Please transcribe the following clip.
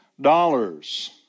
dollars